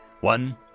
One